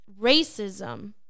racism